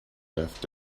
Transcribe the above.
left